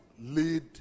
lead